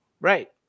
Right